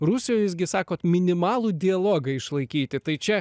rusijoj jūs gi sakot minimalų dialogą išlaikyti tai čia